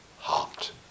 Heart